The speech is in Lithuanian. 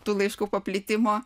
tų laiškų paplitimo